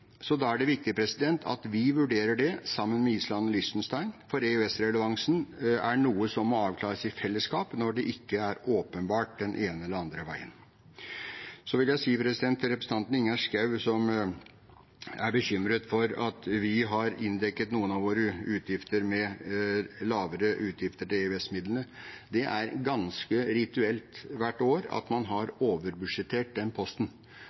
Da er det viktig at vi vurderer det sammen med Island og Liechtenstein. For EØS-relevansen er noe som må avklares i fellesskap når det ikke er åpenbart den ene eller andre veien. Så vil jeg si til representanten Ingjerd Schou, som er bekymret for at vi har inndekket noen av våre utgifter med lavere utgifter til EØS-midlene. Det er ganske rituelt hvert år at man har overbudsjettert den posten.